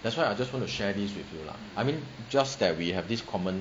that's why I just want to share this with you lah I mean just that we have this common